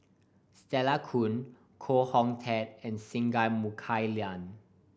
Stella Kon Foo Hong Tatt and Singai Mukilan